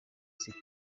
city